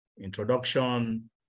introduction